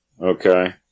okay